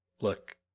look